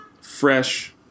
fresh